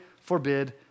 forbid